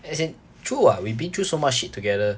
as in true [what] we've been through so much shit together